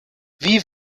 wie